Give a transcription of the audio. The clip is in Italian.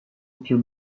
più